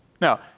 Now